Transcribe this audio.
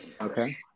Okay